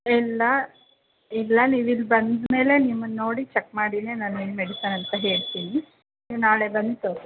ಇಲ್ಲ ಇಲ್ಲ ನೀವು ಇಲ್ಲಿ ಬಂದ ಮೇಲೆ ನಿಮ್ಮನ್ನ ನೋಡಿ ಚೆಕ್ ಮಾಡಿಯೆ ನಾನು ಏನು ಮೆಡಿಸನ್ ಅಂತ ಹೇಳ್ತೀನಿ ನೀವು ನಾಳೆ ಬಂದು ತೋರಿಸಿ